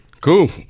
Cool